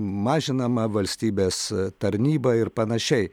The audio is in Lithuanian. mažinama valstybės tarnyba ir panašiai